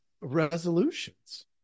resolutions